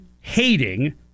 hating